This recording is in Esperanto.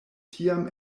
tiam